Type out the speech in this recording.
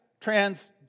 trans